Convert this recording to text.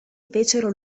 fecero